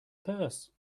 purse